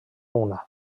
una